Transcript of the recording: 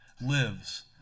lives